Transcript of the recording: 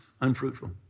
unfruitful